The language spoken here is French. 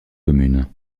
communes